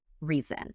reason